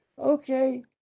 Okay